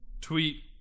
tweet